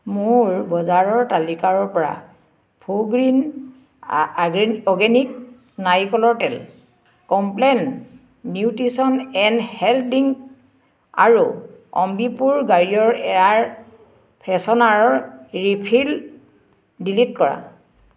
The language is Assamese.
মোৰ বজাৰৰ তালিকাৰ পৰা ফ'ৰ গ্ৰীণ আৰ্গে অৰ্গেনিক নাৰিকলৰ তেল Complan nutrition and health drink আৰু অম্বিপুৰ গাড়ীৰ এয়াৰ ফ্ৰেছনাৰৰ ৰিফিল ডিলিট কৰা